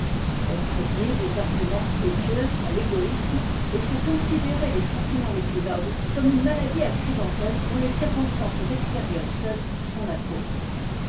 elle fournit des arguments spécieux à l'égoïsme et fait considérer les sentiments les plus nobles comme une maladie accidentelle dont les circonstances extérieures seules sont la cause